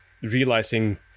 realizing